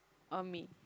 or me